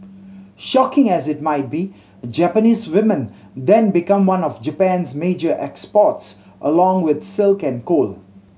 shocking as it might be Japanese women then become one of Japan's major exports along with silk and coal